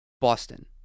Boston